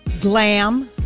glam